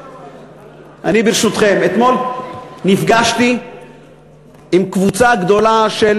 אני, ברשותכם, אתמול נפגשתי עם קבוצה גדולה של